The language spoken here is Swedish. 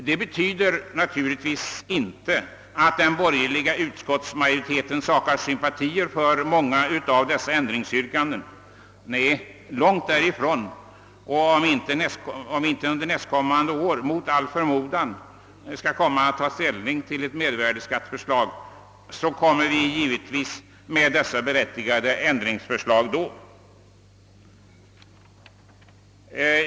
Det betyder naturligtvis inte att den borgerliga utskottsmajoriteten saknar sympatier för många av dessa ändringsyrkanden. Nej, långt därifrån! Om vi inte under nästkommande år kommer att få ta ställning till ett mervärdeskatteförslag, återkommer vi givetvis då med dessa berättigade ändringsförslag.